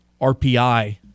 RPI